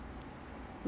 J_C 没有 hor